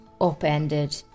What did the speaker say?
upended